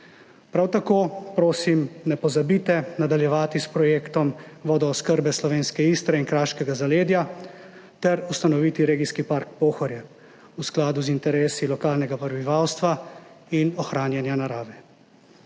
Prav tako prosim, ne pozabite nadaljevati s projektom vodooskrbe slovenske Istre in kraškega zaledja ter ustanoviti regijski park Pohorje v skladu z interesi lokalnega prebivalstva in ohranjanja narave.